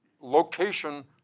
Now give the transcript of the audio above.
location